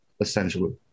essentially